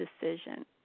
decision